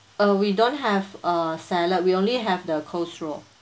uh we don't have uh salad we only have the coleslaw